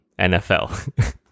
NFL